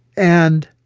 and